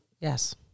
Yes